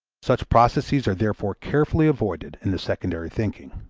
such processes are therefore carefully avoided in the secondary thinking.